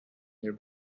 their